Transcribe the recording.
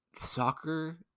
soccer